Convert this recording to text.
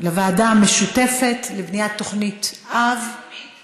לוועדה המשותפת, לבניית תוכנית אב בתחום הזקנה.